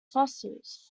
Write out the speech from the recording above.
fossils